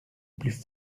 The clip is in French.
plus